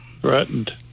Threatened